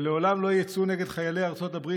אבל לעולם לא יצאו נגד חיילי ארצות הברית